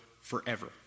forever